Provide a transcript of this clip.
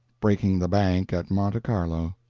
breaking the bank at monte carlo.